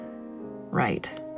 Right